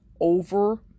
over